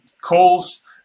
calls